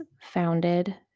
founded